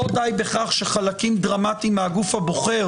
לא די בכך שחלקים דרמטיים מהגוף הבוחר